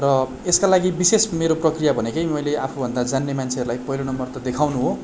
र यसका लागि विशेष मेरो प्रक्रिया भनेकै मैले आफूभन्दा जान्ने मान्छेहरूलाई पहिलो नम्बर त देखाउनु हो